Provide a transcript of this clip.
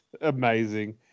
amazing